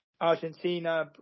Argentina